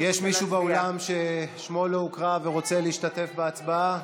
מישהו באולם ששמו לא הוקרא ורוצה להשתתף בהצבעה?